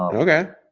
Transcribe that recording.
ah okay.